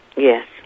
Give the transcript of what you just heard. Yes